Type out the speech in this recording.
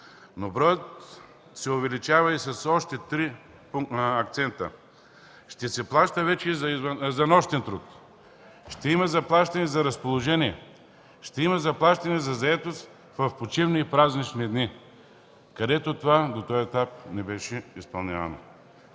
Но броят се увеличава с още три акцента: ще се плаща вече за нощен труд, ще има заплащане за разположение, ще има заплащане за заетост в почивни и празнични дни, което до този етап не беше изпълнявано.